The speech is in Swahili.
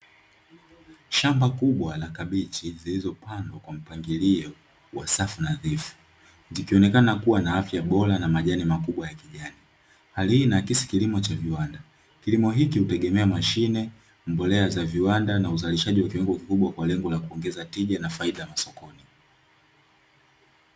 Shamba kubwa la kabichi zilizopandwa kwa mpangilio wa safu nadhifu, zikionekana kuwa na afya bora na majani makubwa ya kijani. Hali hii inaakisi kilimo cha viwanda. Kilimo hiki hutegemea mashine, mbolea za viwanda na uzalishaji wa kiwango kikubwa, kwa lengo na kuongeza tija na faida masokoni.